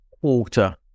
quarter